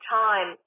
time